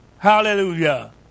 Hallelujah